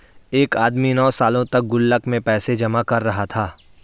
एक आदमी नौं सालों तक गुल्लक में पैसे जमा कर रहा था